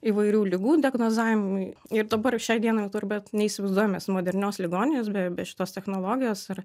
įvairių ligų diagnozavimui ir dabar šiai dienai tur bet neįsivaizduojam mes modernios ligoninės be be šitos technologijos ir